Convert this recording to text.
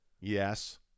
Yes